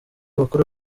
bakora